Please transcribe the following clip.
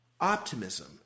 optimism